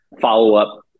follow-up